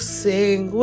sing